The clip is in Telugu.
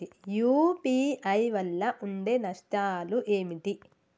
యూ.పీ.ఐ వల్ల ఉండే నష్టాలు ఏంటి??